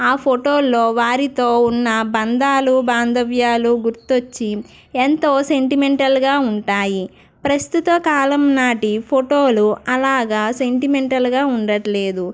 ఆ ఫోటోల్లో వారితో ఉన్న బంధాలు బాంధవ్యాలు గుర్తొచ్చి ఎంతో సెంటిమెంటల్గా ఉంటాయి ప్రస్తుత కాలం నాటి ఫోటోలు అలాగా సెంటిమెంటల్గా ఉండట్లేదు